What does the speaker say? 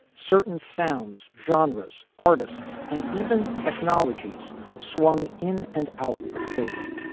certain sounds, genres, artists and even technologies swung in and out of favor.